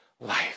life